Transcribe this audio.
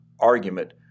argument